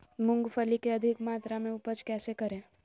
मूंगफली के अधिक मात्रा मे उपज कैसे करें?